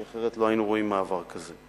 כי אחרת לא היינו רואים מעבר כזה.